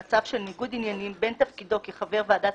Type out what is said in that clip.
במצב של ניגוד עניינים בין תפקידו כחבר ועדת